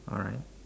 alright